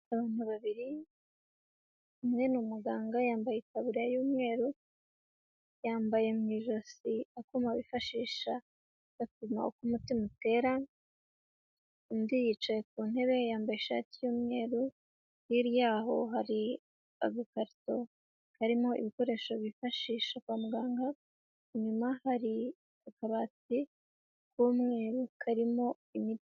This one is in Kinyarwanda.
Abantu babiri, umwe ni umuganga yambaye itaburiya y'umweru, yambaye mu ijosi akuma bifashisha bapima uko umutima utera, undi yicaye ku ntebe yambaye ishati y'umweru, hirya yaho hari agakarito karimo ibikoresho bifashisha kwa muganga, inyuma hari akabati, k'umweru karimo imiti.